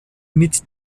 mit